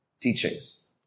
teachings